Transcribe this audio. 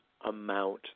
amount